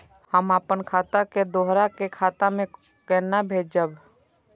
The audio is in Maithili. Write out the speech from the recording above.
हम आपन खाता से दोहरा के खाता में केना भेजब?